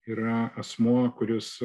yra asmuo kuris